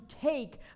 take